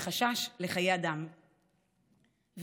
מחשש לחיי אדם, ואז,